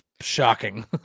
shocking